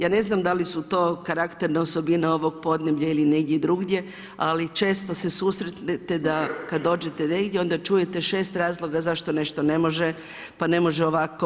Ja ne znam da li su to karakterne osobe ovog podneblja ili negdje drugdje ali često se susretnete da kada dođete negdje onda čujete 6 razloga zašto nešto ne može, pa ne može ovako.